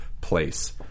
place